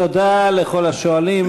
תודה לכל השואלים.